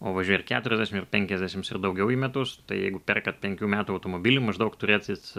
o važiuoja ir keturiasdešim ir penkiasdešims ir daugiau į metus tai jeigu perkat penkių metų automobilį maždaug turėsit